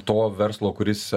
to verslo kuris